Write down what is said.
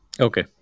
Okay